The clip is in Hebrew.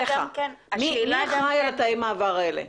מי אחראי על תאי המעבר האלה?